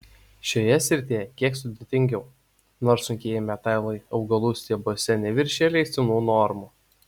šioje srityje kiek sudėtingiau nors sunkieji metalai augalų stiebuose neviršija leistinų normų